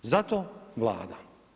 Zato Vlada.